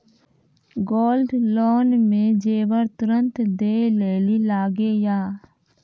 Gold loan मे जेबर तुरंत दै लेली लागेया?